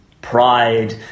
pride